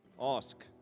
Ask